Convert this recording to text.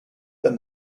than